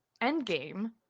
Endgame